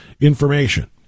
information